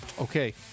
Okay